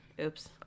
Oops